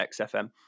XFM